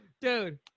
dude